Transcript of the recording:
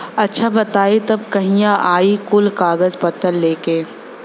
अच्छा बताई तब कहिया आई कुल कागज पतर लेके?